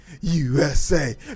USA